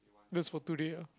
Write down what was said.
but it's for today ah